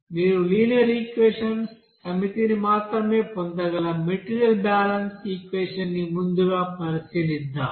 మీరు linear equations సమితిని మాత్రమే పొందగల మెటీరియల్ బ్యాలెన్స్ ఈక్వెషన్ ని ముందుగా పరిశీలిద్దాం